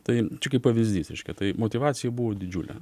tai čia kaip pavyzdys reiškia tai motyvacija buvo didžiulė